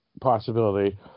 possibility